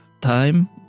time